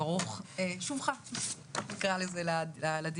ברוך שובך לדיונים.